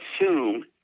assume